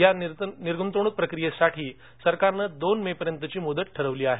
या निर्गुतवणुक प्रक्रियेसाठी सरकारनं दोन मे पर्यंतची मुदत ठरवली आहे